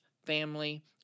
family